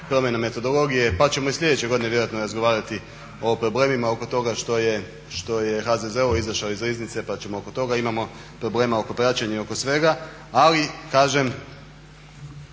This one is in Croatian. promjena metodologije, pa ćemo i sljedeće godine vjerojatno razgovarati o problemima oko toga što je HZZO izašao iz Riznice pa ćemo oko toga. Imamo problema oko praćenja i oko svega, ali kažem